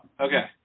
Okay